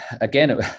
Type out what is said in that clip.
again